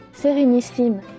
Sérénissime